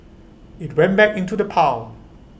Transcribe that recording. IT went back into the pile